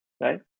Right